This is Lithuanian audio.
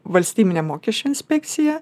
valstybinė mokesčių inspekcija